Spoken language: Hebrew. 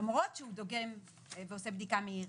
למרות שהוא דוגם ועושה בדיקה מהירה.